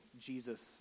Jesus